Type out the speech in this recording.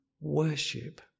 worship